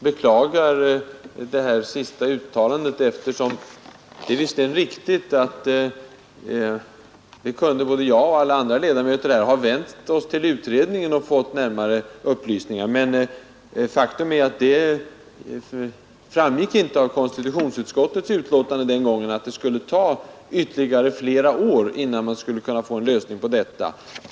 Herr talman! Jag beklagar justitieministerns senaste uttalande. Det är visserligen riktigt, att både jag och andra ledamöter kunde ha vänt oss till utredningen och fått närmare upplysningar. Men faktum är, att det inte framgick av konstitutionsutskottets betänkande i höstas, att det skulle ta ytterligare flera år innan man kunde få en lösning på detta problem.